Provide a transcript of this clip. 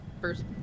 first